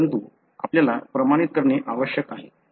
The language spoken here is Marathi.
परंतु आपल्याला प्रमाणित करणे आवश्यक आहे